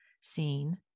seen